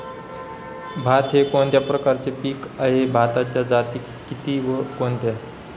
भात हे कोणत्या प्रकारचे पीक आहे? भाताच्या जाती किती व कोणत्या?